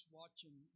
watching